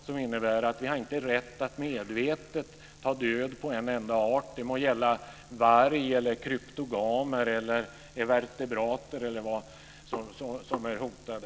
Detta innebär att vi inte har rätt att medvetet ta död på en enda art, det må gälla varg, kryptogamer, evertebrater eller vilka som nu är hotade.